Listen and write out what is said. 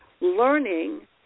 learning